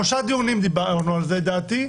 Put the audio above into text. שלושה דיונים דיברנו על זה לדעתי,